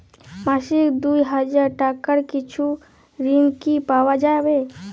মাসিক দুই হাজার টাকার কিছু ঋণ কি পাওয়া যাবে?